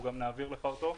אנחנו גם נעביר לך אותו.